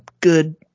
good